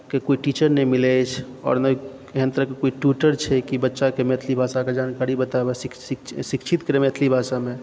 के कोई टीचर नहि मिलै अछि आओर नहि एहन तरहकेंँ कोइ ट्युटर छै कि बच्चाकेँ मैथिली भाषाके जानकारी बताबै कि शिक्षित करै मैथिली भाषामे